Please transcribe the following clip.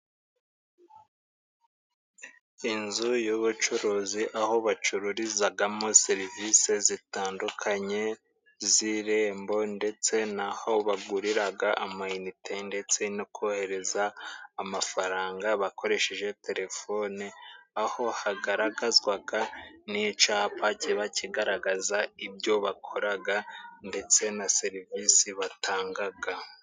Inzu y'ubucuruzi aho bacururizagamo serivisi zitandukanye z'irembo, ndetse n'aho baguriraga amainite ndetse no kohereza amafaranga, bakoresheje telefone aho hagaragazwaga n'icapa kiba kigaragaza ibyo bakoraga, ndetse na serivisi batangaga.